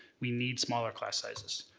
we need smaller class sizes.